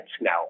now